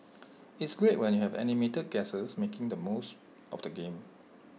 it's great when you have animated guests making the most of the game